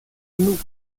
genug